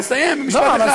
אני מסיים, משפט אחד.